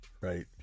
right